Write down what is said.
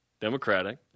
Democratic